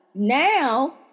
Now